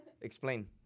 Explain